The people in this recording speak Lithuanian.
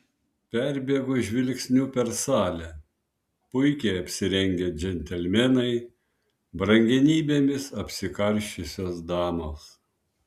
perbėgo žvilgsniu per salę puikiai apsirengę džentelmenai brangenybėmis apsikarsčiusios damos